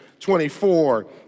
24